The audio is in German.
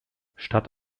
statt